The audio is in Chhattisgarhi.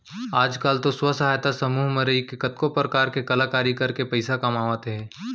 आज काल तो स्व सहायता समूह म रइके कतको परकार के कलाकारी करके पइसा कमावत हें